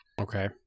Okay